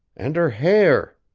and her hair